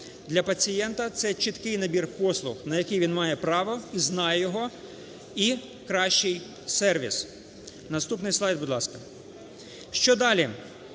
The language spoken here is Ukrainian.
Для пацієнта – це чіткий набір послуг, на які він має право і знає його, і кращий сервіс. Наступний слайд, будь ласка. Що далі?